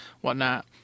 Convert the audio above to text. whatnot